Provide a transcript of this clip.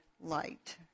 light